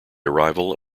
arrival